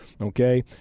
Okay